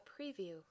preview